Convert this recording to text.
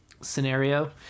scenario